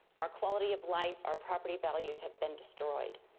our quality of life, our property values, have been destroyed.